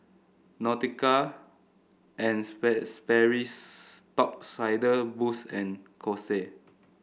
Nautica and Sperry's Top Sider Boost and Kose